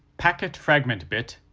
packet fragment bit,